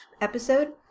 episode